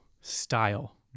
style